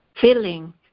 feeling